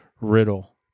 Riddle